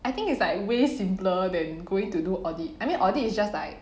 I think is like way simpler than going to do audit I mean audit is just like